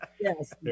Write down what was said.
Yes